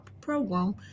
program